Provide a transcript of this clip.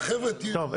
טוב,